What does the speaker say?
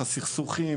הסכסוכים,